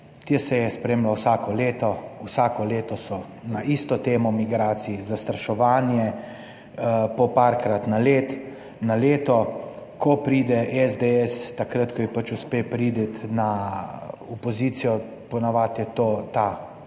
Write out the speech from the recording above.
te seje spremlja, vsako leto, vsako leto so na isto temo migracij, zastraševanje po parkrat na leto, na leto. Ko pride SDS, takrat ko ji pač uspe priti na opozicijo, po navadi je to ta omejena,